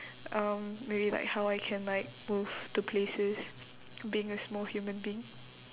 um maybe like how I can like move to places being a small human being